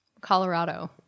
Colorado